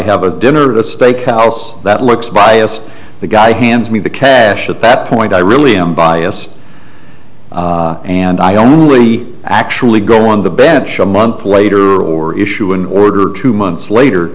have a dinner at a steak house that looks biased the guy hands me the cash at that point i really am bias and i only actually go on the bench a month later or issue an order two months later